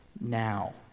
now